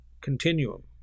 continuum